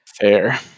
Fair